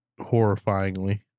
horrifyingly